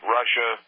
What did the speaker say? Russia